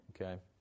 Okay